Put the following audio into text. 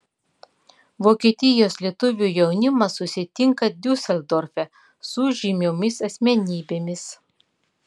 vokietijos lietuvių jaunimas susitinka diuseldorfe su žymiomis asmenybėmis